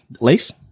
Lace